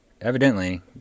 evidently